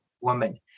woman